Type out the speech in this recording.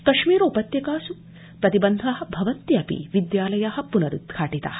कश्मीरोपत्यकासु प्रतिबन्धा भवन्त्यपि विद्यालया प्नरुद्घाटिता